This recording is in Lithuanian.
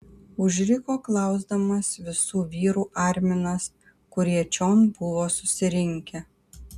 užriko klausdamas visų vyrų arminas kurie čion buvo susirinkę